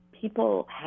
people